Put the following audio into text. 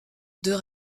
deux